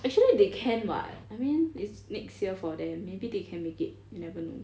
actually they can [what] I mean it's next year for them maybe they can make it you never know